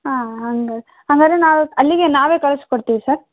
ಹಾಂ ಹಂಗೆ ಹಂಗಾದ್ರೆ ನಾವು ಅಲ್ಲಿಗೇ ನಾವೇ ಕಳ್ಸ್ಕೊಡ್ತೀವಿ ಸರ್